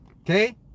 okay